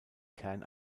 kern